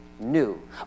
new